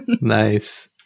Nice